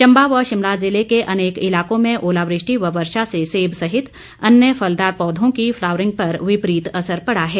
चम्बा व शिमला जिले के अनेक इलाकों में ओलावृष्टि व वर्षा से सेब सहित अन्य फलदार पौधों की फ्लावरिंग पर विपरित असर पड़ा है